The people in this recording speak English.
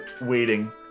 waiting